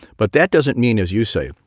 but that doesn't mean, as you say,